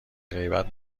غیبت